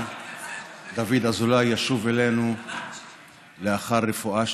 דוד אזולאי ישוב אלינו לאחר רפואה שלמה,